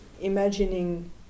imagining